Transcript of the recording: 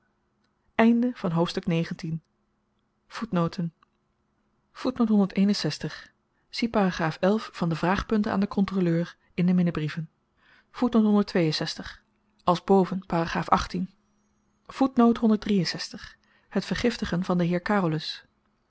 hoofdstuk van de vraagpunten aan den kontroleur in de minnebrieven als het vergiftigen van den heer carolus